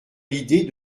l’idée